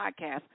podcast